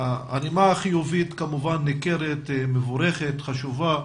הנימה החיובית כמובן ניכרת, היא מבורכת, חשובה,